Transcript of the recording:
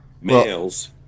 Males